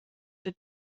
the